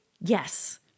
Yes